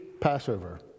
Passover